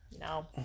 No